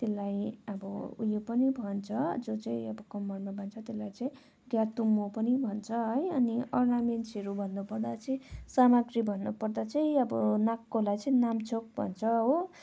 त्यसलाई अब उयो पनि भन्छ जुन चाहिँ अब कम्मरमा बाँध्छ त्यसलाई चाहिँ ग्यातुङमो पनि भन्छ है अनि अर्नामेन्ट्सहरू भन्नु पर्दा चाहिँ सामग्री भन्नु पर्दा चाहिँ अब नाककोलाई चाहिँ नामचोक भन्छ हो